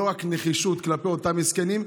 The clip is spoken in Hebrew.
לא רק נחישות כלפי אותם מסכנים,